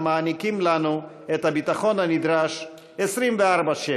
המעניקים לנו את הביטחון הנדרש 24/7,